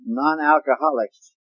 non-alcoholics